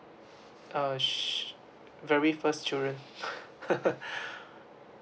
uh su~ very first children